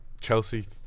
Chelsea